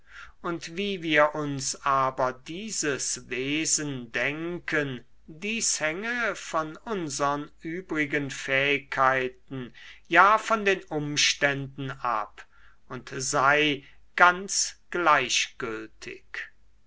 an wie wir uns aber dieses wesen denken dies hänge von unsern übrigen fähigkeiten ja von den umständen ab und sei ganz gleichgültig